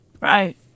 Right